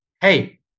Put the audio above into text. hey